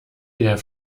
der